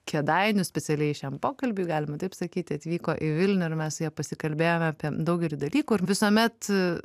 kėdainių specialiai šiam pokalbiui galima taip sakyti atvyko į vilnių ir mes su ja pasikalbėjome apie daugelį dalykų ir visuomet